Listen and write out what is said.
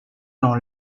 dans